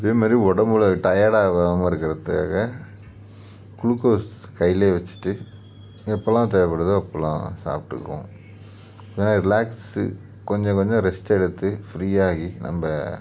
இதேமாதிரி உடம்புல டயர்டாகாமல் இருக்கிறதுக்காக குளுக்கோஸ் கைலேயே வெச்சுட்டு எப்போல்லாம் தேவைப்படுதோ அப்போல்லாம் சாப்பிட்டுக்குவோம் ஏன்னா ரிலாக்ஸு கொஞ்சம் கொஞ்சம் ரெஸ்ட் எடுத்து ஃப்ரீ ஆகி நம்ம